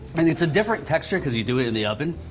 and it's a different texture cause you do it in the oven.